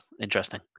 interesting